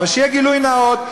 אבל שיהיה גילוי נאות,